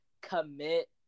commit